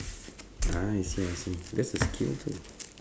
ah I see I see that's a skill too